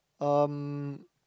um